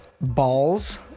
balls